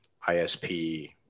ISP